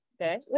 Okay